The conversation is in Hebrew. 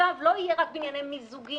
הצו לא יהיה רק בענייני מיזוגים,